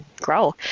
grow